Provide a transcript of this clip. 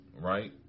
right